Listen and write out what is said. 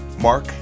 mark